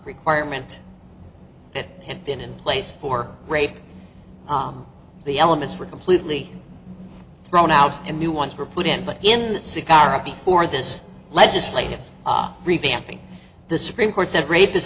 requirement that had been in place for braving the elements were completely thrown out and new ones were put in but in the cigar of before this legislative revamping the supreme court said rape is